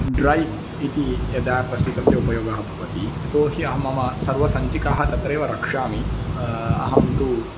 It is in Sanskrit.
ड्रैव् इति यदा पर्सितस्य उपयोगः भवति यतोऽहि अहं मम सर्वसञ्चिकाः तत्रेव रक्षामि अहं तु